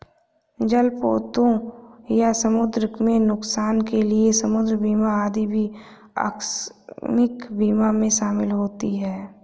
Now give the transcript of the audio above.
जलपोतों या समुद्र में नुकसान के लिए समुद्र बीमा आदि भी आकस्मिक बीमा में शामिल होते हैं